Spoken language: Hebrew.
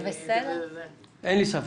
ברכות,